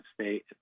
State